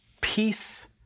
peace